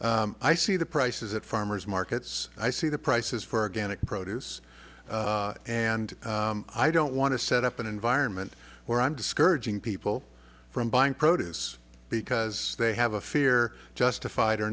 here i see the prices at farmers markets i see the prices for gannett produce and i don't want to set up an environment where i'm discouraging people from buying produce because they have a fear justified or